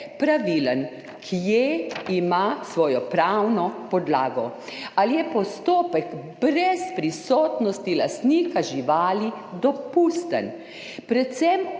pravilen? Kje ima svojo pravno podlago? Ali je postopek brez prisotnosti lastnika živali dopusten? Predvsem